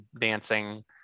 dancing